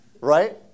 Right